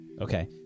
Okay